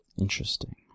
Interesting